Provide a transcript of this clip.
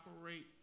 operate